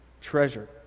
treasure